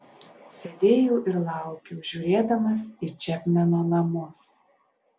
sėdėjau ir laukiau žiūrėdamas į čepmeno namus